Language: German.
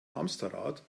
hamsterrad